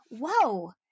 whoa